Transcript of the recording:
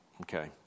Okay